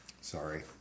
Sorry